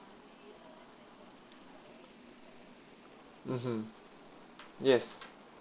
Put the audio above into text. mm yes